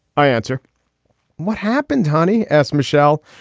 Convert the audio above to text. i answer what happened, honey? ask michelle.